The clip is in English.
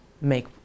make